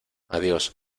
adiós